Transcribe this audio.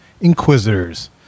Inquisitors